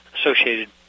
associated